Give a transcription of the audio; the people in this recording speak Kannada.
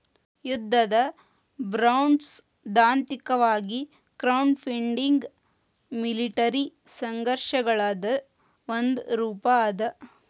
ಯುದ್ಧದ ಬಾಂಡ್ಸೈದ್ಧಾಂತಿಕವಾಗಿ ಕ್ರೌಡ್ಫಂಡಿಂಗ್ ಮಿಲಿಟರಿ ಸಂಘರ್ಷಗಳದ್ ಒಂದ ರೂಪಾ ಅದ